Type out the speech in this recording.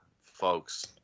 folks